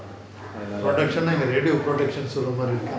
அதனால:athanala